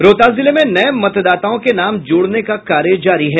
रोहतास जिले में नये मतदाताओं के नाम जोड़ने का कार्य जारी है